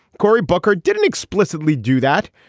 cory booker didn't explicitly do that,